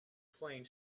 playing